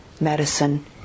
medicine